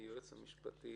היועץ המשפטי